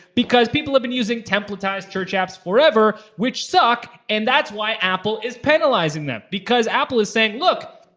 because people have been using templatized church apps forever, which suck and that's why apple is penalizing them. because apple is saying, look,